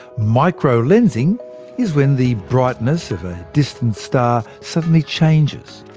microlensing is when the brightness of a distant star suddenly changes,